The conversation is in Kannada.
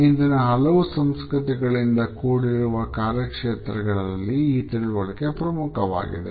ಇಂದಿನ ಹಲವು ಸಂಸ್ಕೃತಿಗಳಿಂದ ಕೂಡಿರುವ ಕಾರ್ಯಕ್ಷೇತ್ರದಲ್ಲಿ ಈ ತಿಳುವಳಿಕೆ ಪ್ರಮುಖವಾಗಿದೆ